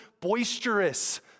boisterous